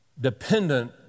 dependent